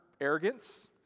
arrogance